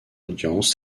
audience